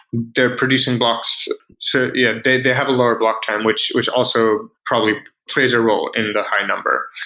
they're producing blocks so yeah they they have a lower block time, which which also probably plays a role in the high number.